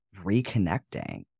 reconnecting